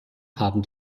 haben